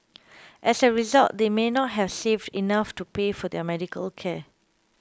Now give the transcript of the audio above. as a result they may not have saved enough to pay for their medical care